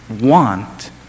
want